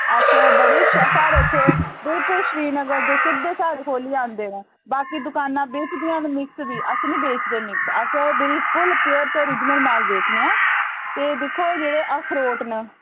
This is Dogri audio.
अस बड़े शे साढ़े इत्थै बिल्कुल श्रीनगर दे सिद्धे साढ़े कोल गै आंदे न बाकी दुकानां बेचदियां न मिक्स बी अस नी बेचदे अस बिल्कुल प्यौर ते ओरिजिनल माल बेचने आं ते दिक्खो जेह्ड़े अखरोट न